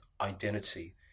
identity